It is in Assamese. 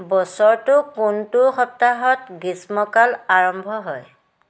বছৰটোৰ কোনটো সপ্তাহত গ্ৰীষ্মকাল আৰম্ভ হয়